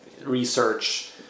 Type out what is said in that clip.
research